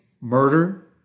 murder